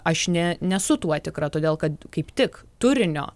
aš ne nesu tuo tikra todėl kad kaip tik turinio